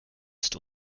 ist